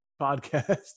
podcast